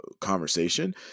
conversation